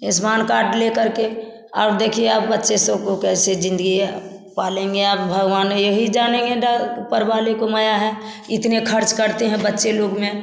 Ayushman card ले करके और देखिए अब बच्चे सबको कैसे ज़िंदगी पालेंगे अब भगवान यही जानेंगे द ऊपर वाले को माया है इतने खर्च करते हैं बच्चे लोग में